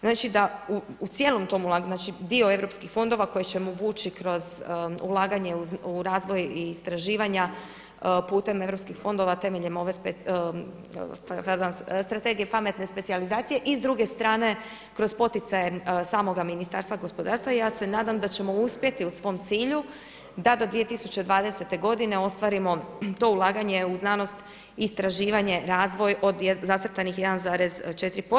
Znači da u cijelom tom ulaganju, dio europskih fondova koje ćemo vući uz ulaganje u razvoj istraživanja putem europskih fondova temeljem ove Strategije pametne specijalizacije i s druge strane kroz poticaje samoga Ministarstva gospodarstva ja se nadam da ćemo uspjeti u svom cilju da do 2020. godine ostvarimo to ulaganje u znanost, istraživanje, razvoj od zacrtanih 1,4%